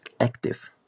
active